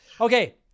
Okay